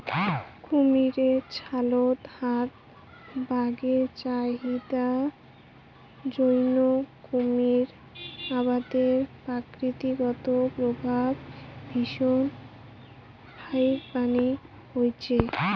কুমীরের ছালত হাত ব্যাগের চাহিদার জইন্যে কুমীর আবাদের প্রকৃতিগত প্রভাব ভীষণ ফাইকবানী হইচে